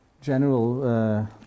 general